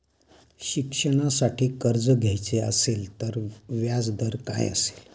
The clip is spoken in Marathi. शिक्षणासाठी कर्ज घ्यायचे असेल तर व्याजदर काय असेल?